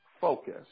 focus